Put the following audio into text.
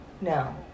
No